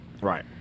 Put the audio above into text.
Right